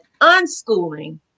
unschooling